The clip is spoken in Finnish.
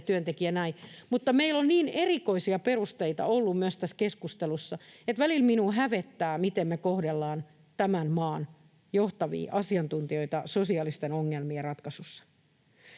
työntekijä, mutta meillä on niin erikoisia perusteita ollut myös tässä keskustelussa, että välillä minua hävettää, miten me kohdellaan tämän maan johtavia asiantuntijoita sosiaalisten ongelmien ratkaisussa.